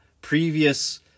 Previous